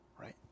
right